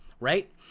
right